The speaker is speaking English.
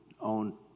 own